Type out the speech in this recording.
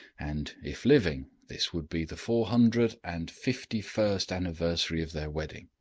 and, if living, this would be the four hundred and fifty-first anniversary of their wedding.